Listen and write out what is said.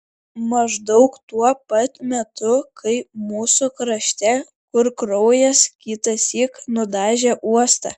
maždaug tuo pat metu kai mūsų krašte kur kraujas kitąsyk nudažė uostą